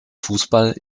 fußball